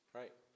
right